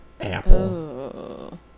Apple